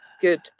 good